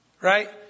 Right